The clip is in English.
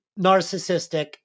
narcissistic